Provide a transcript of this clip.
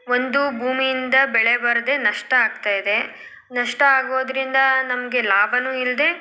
ಒಂದು ಭೂಮಿಯಿಂದ ಬೆಳೆ ಬರದೆ ನಷ್ಟ ಆಗ್ತಾ ಇದೆ ನಷ್ಟ ಆಗೋದರಿಂದ ನಮಗೆ ಲಾಭನು ಇಲ್ಲದೆ